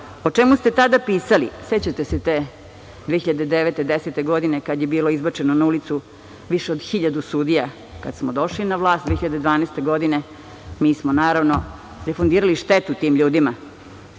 O čemu ste tada pisali? Sećate se te 2009/2010 godine, kada je bilo izbačeno na ulicu više od 1.000 sudija. Kada smo došli na vlast 2012. godine, mi smo, naravno, refundirali štetu tim ljudima.